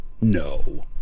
No